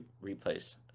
replace